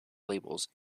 labels